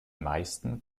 meisten